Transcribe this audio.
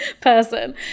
person